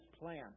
plan